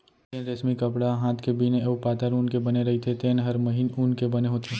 जेन रेसमी कपड़ा ह हात के बिने अउ पातर ऊन के बने रइथे तेन हर महीन ऊन के बने होथे